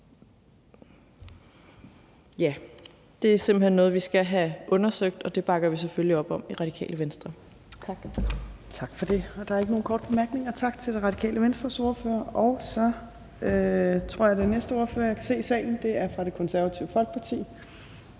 Ja, det er simpelt hen noget, vi skal have undersøgt, og det bakker vi selvfølgelig op om i Radikale Venstre. Tak. Kl. 16:14 Tredje næstformand (Trine Torp): Tak for det. Der er ikke nogen korte bemærkninger. Tak til Radikale Venstres ordfører, og så tror jeg, at den næste ordfører, jeg kan se i salen, er fra Det Konservative Folkeparti,